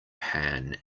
pan